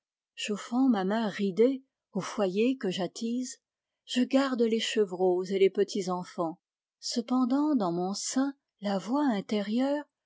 chauffant ma main ridée au foyer que j'attise je garde les chevreaux et les petits enfans cependant dans mon sein la voix intérieure